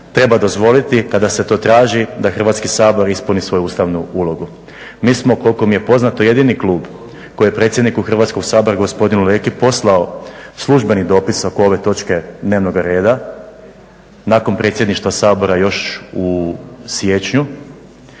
treba dozvoliti kada se to traži da Hrvatski sabor ispuni svoju ustavnu ulogu. Mi smo koliko mi je poznato jedini klub koji je predsjedniku Hrvatskoga sabora gospodinu Leki poslao službeni dopis oko ove točke dnevnoga reda, nakon predsjedništva Sabora još u siječnju.